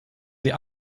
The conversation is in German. sie